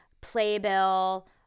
Playbill